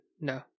No